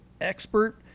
expert